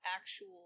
actual